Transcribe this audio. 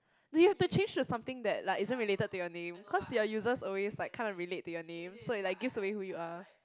no you have to change to something that like isn't related to your name cause your users always like kind of relate to your name so it like gives away who you are